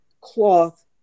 cloth